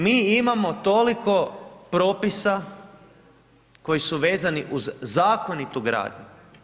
Mi imamo toliko propisa koji su vezani uz zakonitu gradnju.